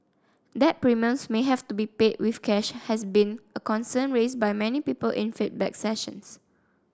that premiums may have to be paid with cash has been a concern raised by many people in feedback sessions